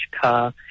car